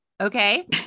Okay